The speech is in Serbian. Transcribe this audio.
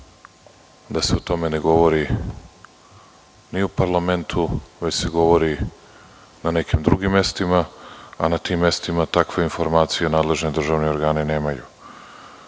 da se o tome ne govori ni u parlamentu, već se govori na nekim drugim mestima, a na tim mestima takve informacije nadležni državni organi nemaju. Nije